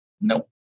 nope